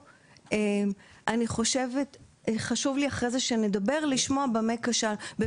חשוב לי שנדבר אחרי זה, לשמוע במה כשלנו.